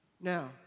Now